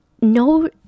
No